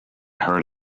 heard